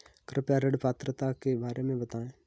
कृपया ऋण पात्रता के बारे में बताएँ?